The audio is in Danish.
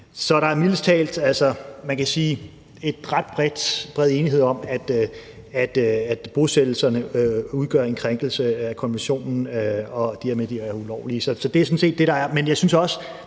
Så der er mildest talt, kan man sige, ret bred enighed om, at bosættelserne udgør en krænkelse af konventionen, og at de dermed er ulovlige. Så det er sådan set det, der er. Men jeg synes også,